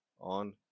on